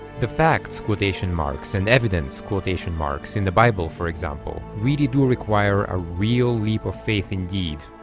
the facts quotation marks and evidence quotation marks in the bible for example really do require a real leap of faith indeed